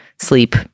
sleep